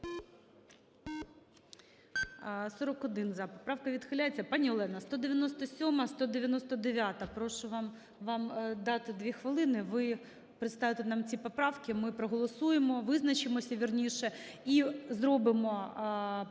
41 – за. Поправка відхиляється. Пані Олена, 197, 199 прошу вам дати дві хвилини, ви представите нам ці поправки, ми проголосуємо, визначимося, вірніші. І зробимо, крапку